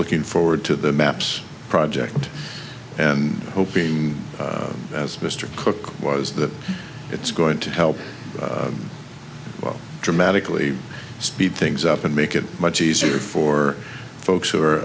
looking forward to the maps project and hoping as mr cook was that it's going to help dramatically speed things up and make it much easier for folks who are